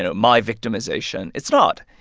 and my victimization. it's not.